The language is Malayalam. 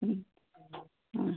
ഉം ആ